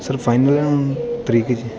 sir final ਹੈ ਨਾ ਹੁਣ ਤਰੀਕ ਜੀ